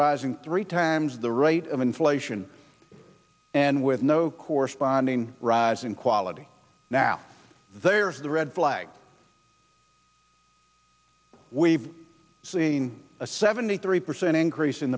rising three times the rate of inflation and with no corresponding rise in quality now there's the red flag we've seen a seventy three percent increase in